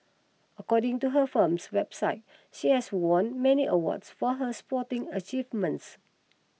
according to her firm's website she has won many awards for her sporting achievements